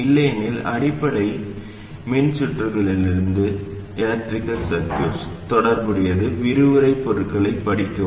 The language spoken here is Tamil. இல்லையெனில் அடிப்படை மின்சுற்றுகளிலிருந்து தொடர்புடைய விரிவுரைப் பொருட்களைப் படிக்கவும்